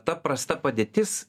ta prasta padėtis